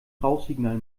rauchsignal